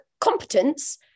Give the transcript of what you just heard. competence